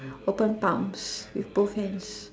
open palms with both hands